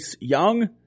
Young